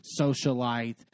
socialite